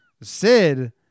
Sid